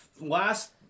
last